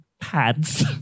pads